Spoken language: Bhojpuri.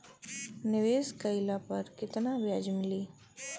निवेश काइला पर कितना ब्याज मिली?